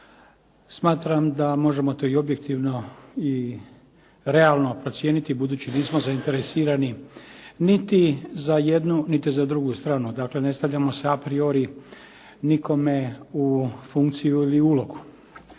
smatram da možemo to i objektivno i realno procijeniti budući nismo zainteresirani niti za jednu niti za drugu stranu, dakle ne stavljamo se a priori nikome u funkciju ili ulogu.